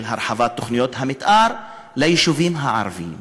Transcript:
של הרחבת תוכניות המתאר ליישובים הערביים.